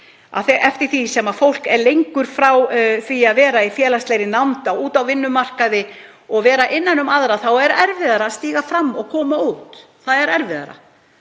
eftir því sem fólk er lengur frá því að vera í félagslegri nánd úti á vinnumarkaði og vera innan um aðra þá er erfiðara að stíga fram og koma út. Það er erfiðara.